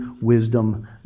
wisdom